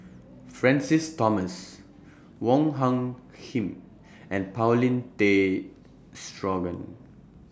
Francis Thomas Wong Hung Khim and Paulin Tay Straughan